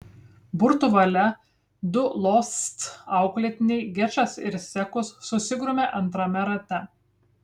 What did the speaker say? burtų valia du losc auklėtiniai gečas ir sekus susigrūmė antrame rate